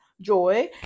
joy